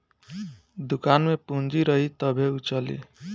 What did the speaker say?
दुकान में पूंजी रही तबे उ चली